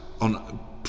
on